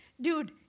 dude